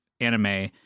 anime